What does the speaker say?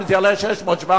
אם זה יעלה 600 700,